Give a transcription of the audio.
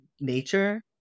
nature